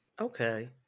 okay